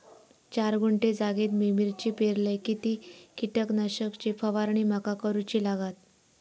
चार गुंठे जागेत मी मिरची पेरलय किती कीटक नाशक ची फवारणी माका करूची लागात?